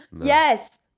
Yes